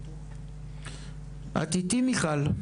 את איתי מיכל?